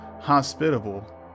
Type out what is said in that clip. hospitable